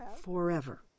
forever